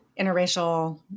interracial